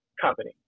Company